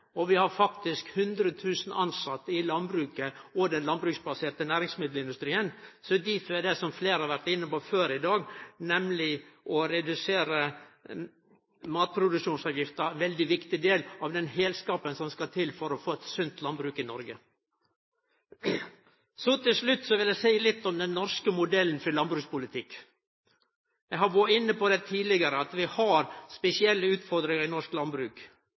og vi har faktisk 100 000 tilsette i landbruket og den landbruksbaserte næringsmiddelindustrien. Difor er, som fleire har vore inne på før i dag, det å redusere matproduksjonsavgifta ein veldig viktig del av den heilskapen som skal til for å få eit sunt landbruk i Noreg. Så til slutt vil eg seie litt om den norske modellen for landbrukspolitikk. Eg har tidlegare vore inne på at vi har spesielle utfordringar i norsk landbruk.